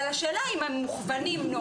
אבל השאלה היא אם הם מוכוונים נוער.